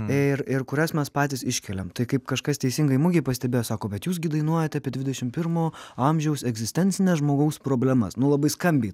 ir ir kurias mes patys iškeliam tai kaip kažkas teisingai mugėj pastebėjo sako bet jūs gi dainuojate apie dvidešim pirmo amžiaus egzistencines žmogaus problemas nu labai skambiai tai pasakyta